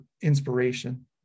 inspiration